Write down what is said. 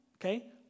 Okay